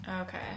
Okay